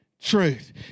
truth